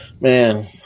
man